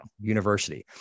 University